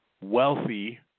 wealthy